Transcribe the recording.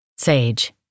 Sage